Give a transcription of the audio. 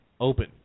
open